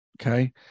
Okay